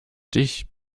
dich